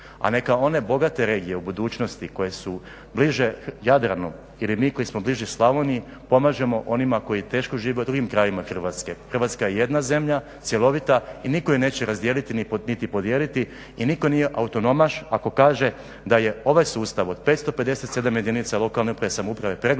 a neka one bogate regije u budućnosti koje su bliže Jadranu ili mi koji smo bliži Slavoniji, pomažemo onima koji teško žive u drugim krajevima Hrvatske. Hrvatska je jedna zemlja, cjelovita i nitko je neće razdijeliti niti podijeliti i nitko nije autonomaš ako kaže da je ovaj sustav od 557 jedinica lokalne uprave i samouprave preglomazan,